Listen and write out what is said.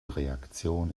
reaktion